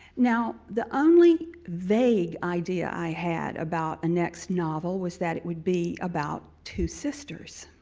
now, the only vague idea i had about a next novel was that it would be about two sisters.